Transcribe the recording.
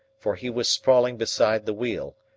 for he was sprawling beside the wheel,